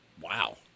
wow